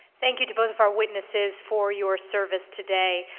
thank you to both our witnesses for your services today.